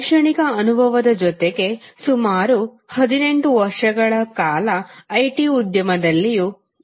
ಶೈಕ್ಷಣಿಕ ಅನುಭವದ ಜೊತೆಗೆ ಸುಮಾರು 18 ವರ್ಷಗಳ ಕಾಲ ಐಟಿ ಉದ್ಯಮದಲ್ಲಿಯೂ ಅನುಭವವಿದೆ